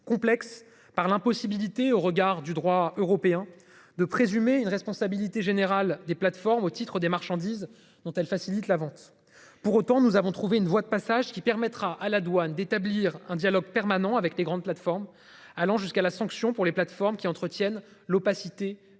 complexe par l'impossibilité au regard du droit européen de présumer une responsabilité générale des plateformes au titre des marchandises dont elle facilite la vente. Pour autant, nous avons trouvé une voie de passage qui permettra à la douane d'établir un dialogue permanent avec les grandes plateformes allant jusqu'à la sanction pour les plateformes qui entretiennent l'opacité du E-commerce.